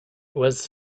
was